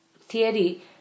theory